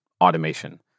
automation